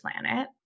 planet